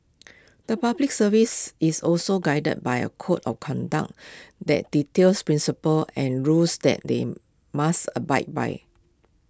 the Public Service is also guided by A code of conduct that details principles and rules that they must abide by